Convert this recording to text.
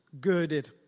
girded